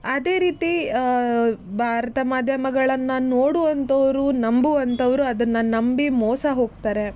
ಅದೇ ರೀತಿ ಭಾರತ ಮಾಧ್ಯಮಗಳನ್ನು ನೋಡುವಂಥವರು ನಂಬುವಂಥವರು ಅದನ್ನು ನಂಬಿ ಮೋಸ ಹೋಗ್ತಾರೆ